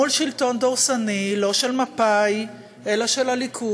מול שלטון דורסני, לא של מפא"י אלא של הליכוד,